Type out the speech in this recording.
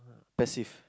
passive